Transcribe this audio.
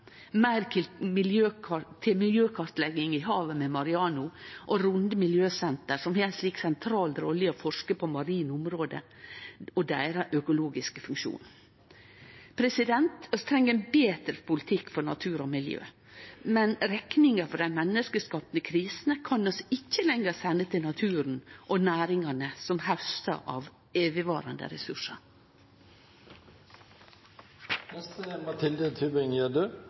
til miljøkartlegging i havet ved Mareano og til Runde Miljøsenter, som har ei så sentral rolle i å forske på marine område og den økologiske funksjonen deira. Vi treng ein betre politikk for natur og miljø, men rekninga for dei menneskeskapte krisene kan vi ikkje lenger sende til naturen og næringane som haustar av